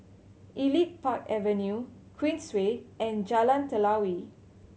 Elite Park Avenue Queensway and Jalan Telawi